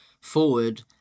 forward